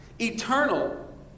eternal